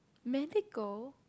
let it go